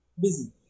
busy